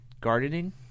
gardening